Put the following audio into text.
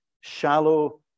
shallow